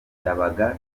ndabaga